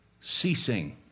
ceasing